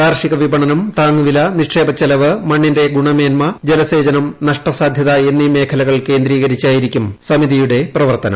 കാർഷിക വിപ്പണനം താങ്ങുവില നിക്ഷേപച്ചെലവ് മണ്ണിന്റെ ഗുണമേന്മ ജല്സേചനം നഷ്ടസാധ്യത എന്നീ മേഖലകൾ കേന്ദ്രീകരിച്ചായിരിക്കും സമിതിയുടെ പ്രവർത്തനം